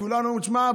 כולנו: תשמע,